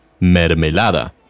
mermelada